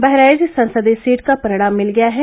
बहराइच संसदीय सीट का परिणाम मिल गया है